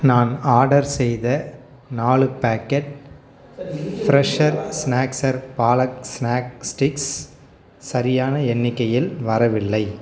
நான் ஆடர் செய்த நாலு packet fresher snacker palak snack sticks சரியான எண்ணிக்கையில் வரவில்லை